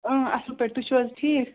اۭں اصٕل پٲٹھۍ تُہۍ چھُو حظ ٹھیٖک